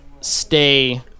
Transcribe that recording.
stay